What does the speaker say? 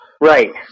Right